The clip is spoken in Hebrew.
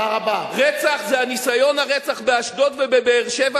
רצח זה ניסיון הרצח באשדוד ובבאר-שבע,